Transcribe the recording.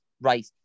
right